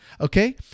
Okay